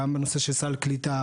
גם בנושא של סל הקליטה.